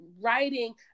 writing